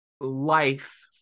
life